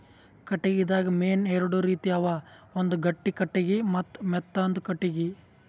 ಕಟ್ಟಿಗಿದಾಗ್ ಮೇನ್ ಎರಡು ರೀತಿ ಅವ ಒಂದ್ ಗಟ್ಟಿ ಕಟ್ಟಿಗಿ ಮತ್ತ್ ಮೆತ್ತಾಂದು ಕಟ್ಟಿಗಿ